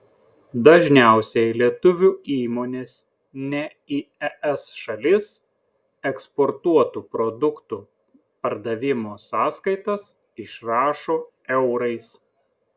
dažniausiai lietuvių įmonės ne į es šalis eksportuotų produktų pardavimo sąskaitas išrašo eurais